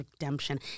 redemption